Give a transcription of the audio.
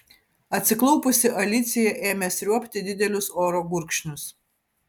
atsiklaupusi alicija ėmė sriuobti didelius oro gurkšnius